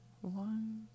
one